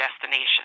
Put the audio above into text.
destination